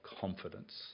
confidence